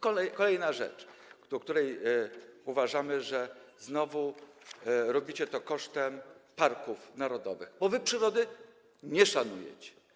Kolejna rzecz, co do której uważamy, że znowu robicie to kosztem parków narodowych, bo wy przyrody nie szanujecie.